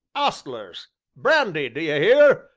ostlers brandy, d'ye hear?